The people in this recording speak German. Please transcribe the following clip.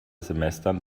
semestern